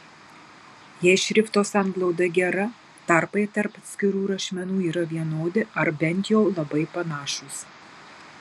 jei šrifto sanglauda gera tarpai tarp atskirų rašmenų yra vienodi ar bent jau labai panašūs